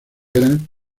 eran